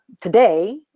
Today